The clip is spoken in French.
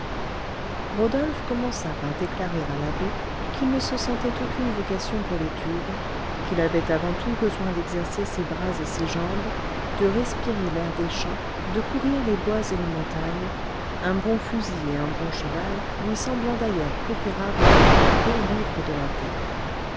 rodolphe commença par déclarer à l'abbé qu'il ne se sentait aucune vocation pour l'étude qu'il avait avant tout besoin d'exercer ses bras et ses jambes de respirer l'air des champs de courir les bois et les montagnes un bon fusil et un bon cheval lui semblant d'ailleurs préférables aux plus beaux livres de la terre